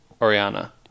Oriana